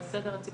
על הסדר הציבורי,